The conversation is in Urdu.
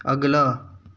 اگلا